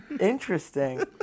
interesting